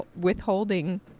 withholding